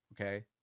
Okay